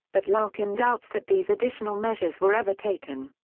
but lalkin doubts that these additional measures were ever taken.